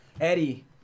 Eddie